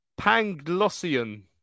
Panglossian